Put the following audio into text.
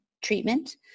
treatment